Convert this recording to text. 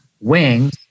wings